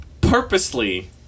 Purposely